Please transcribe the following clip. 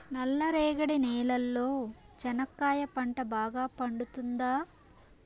నల్ల రేగడి నేలలో చెనక్కాయ పంట బాగా పండుతుందా?